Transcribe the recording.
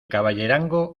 caballerango